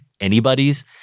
anybody's